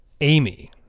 amy